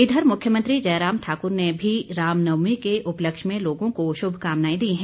इधर मुख्यमंत्री जयराम ठाकुर ने भी रामनवमी के उपलक्ष्य में लोगों को शुभकामनाएं दी हैं